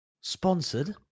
Sponsored